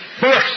first